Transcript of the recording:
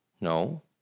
No